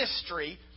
history